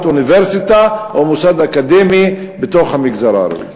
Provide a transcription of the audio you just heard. אוניברסיטה או מוסד אקדמי בתוך המגזר הערבי.